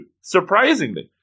Surprisingly